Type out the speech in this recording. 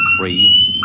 three